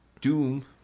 doom